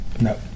No